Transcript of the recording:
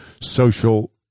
social